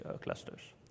clusters